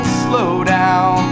slowdown